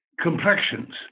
complexions